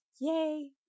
Yay